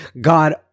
God